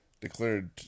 declared